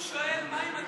לא